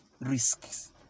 risks